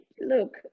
look